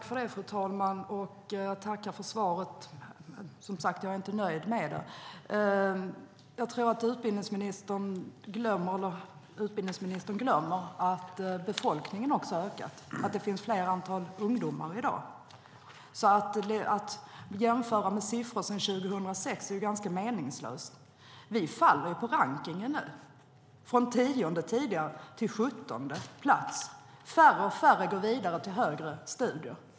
Fru talman! Jag tackar åter för svaret, men som sagt är jag inte nöjd med det. Utbildningsministern glömmer att befolkningen också har ökat. Det finns fler ungdomar i dag. Att jämföra med siffror sedan 2006 är ganska meningslöst. Vi har fallit på rankningen från 10:e till 17:e plats. Färre och färre går vidare till högre studier.